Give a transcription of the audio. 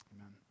Amen